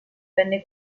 venne